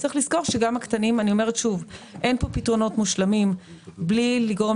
צריך לזכור שאין פה פתרונות מושלמים בלי לגרום